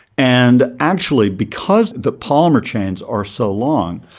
and actually because the polymer chains are so long,